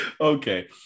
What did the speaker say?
Okay